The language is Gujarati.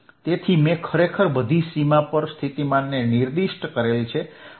તેથી મેં ખરેખર બધી સીમા પર સ્થિતિમાનને નિર્દિષ્ટ કરેલ છે